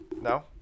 no